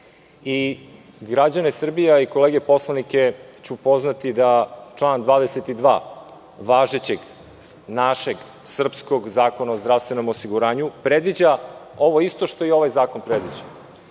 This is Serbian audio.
Građane Srbije i kolege poslanike ću upoznati sa članom 22. važećeg našeg srpskog Zakona o zdravstvenom osiguranju, koji predviđa isto što i ovaj zakon predviđa.U